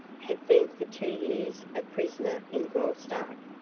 had been for two years a prisoner in graustark,